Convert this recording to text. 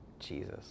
Jesus